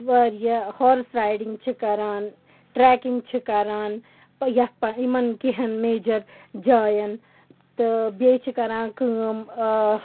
واریاہ horse riding چھِ کَران ٹرٛیکِنٛگ چھِ کَران یَتھ یِمَن کینٛہَن میجَر جایَن تہٕ بیٚیہِ چھِ کَران کٲم